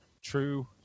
True